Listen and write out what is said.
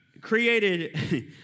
created